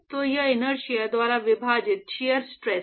तो यह इनर्शिया द्वारा विभाजित शियर स्ट्रेस है